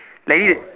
like you